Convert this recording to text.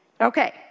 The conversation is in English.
Okay